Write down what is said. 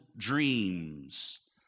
dreams